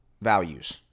values